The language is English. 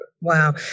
wow